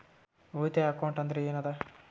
ಉಳಿತಾಯ ಅಕೌಂಟ್ ಅಂದ್ರೆ ಏನ್ ಅದ?